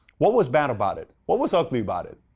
what was bad about it? what was ugly about it?